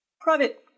private